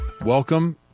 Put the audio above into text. Welcome